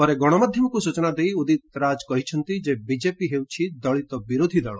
ପରେ ଗଣମାଧ୍ୟମକୁ ସ୍ଟଚନା ଦେଇ ଉଦିତ ରାଜ କହିଛନ୍ତି ବିଜେପି ହେଉଛି ଦଳିତ ବିରୋଧୀ ଦଳ